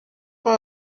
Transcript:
mae